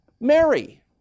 Mary